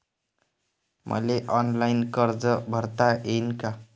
मले ऑनलाईन कर्ज भरता येईन का?